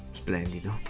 splendido